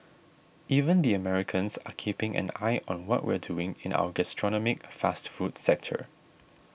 even the Americans are keeping an eye on what we're doing in our gastronomic fast food sector